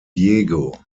diego